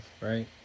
right